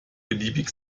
beliebig